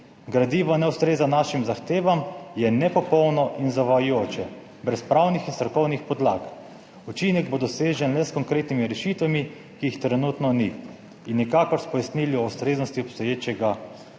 Gradivo ne ustreza našim zahtevam, je nepopolno in zavajajoče, brez pravnih in strokovnih podlag. Učinek bo dosežen le s konkretnimi rešitvami, ki jih trenutno ni, in nikakor s pojasnili o ustreznosti obstoječega stanja.«